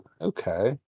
Okay